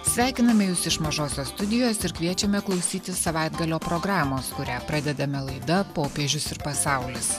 sveikiname jus iš mažosios studijos ir kviečiame klausytis savaitgalio programos kurią pradedame laida popiežius ir pasaulis